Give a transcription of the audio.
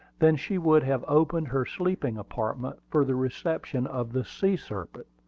than she would have opened her sleeping apartment for the reception of the sea-serpent,